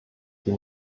die